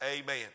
Amen